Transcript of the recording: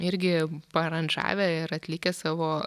irgi paaranžavę ir atlikę savo